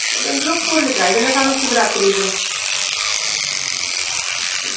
ओह् भैन जी ओह् फुल्ल चाहिदे न सानूं शिवरात्री उप्पर